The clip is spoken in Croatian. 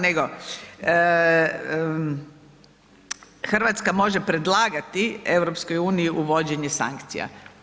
Nego, Hrvatska može predlagati EU uvođenje sankcija.